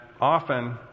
often